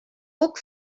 puc